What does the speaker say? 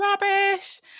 rubbish